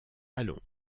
allons